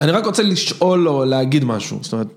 אני רק רוצה לשאול או להגיד משהו, זאת אומרת...